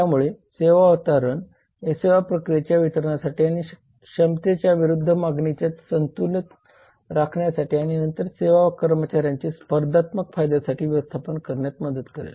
त्यामुळे सेवा वातावरण हे सेवा प्रक्रियेच्या वितरणासाठी आणि क्षमतेच्या विरूद्ध मागणीचे संतुलन राखण्यासाठी आणि नंतर सेवा कर्मचाऱ्यांचे स्पर्धात्मक फायद्यासाठी व्यवस्थापन करण्यात मदत करेल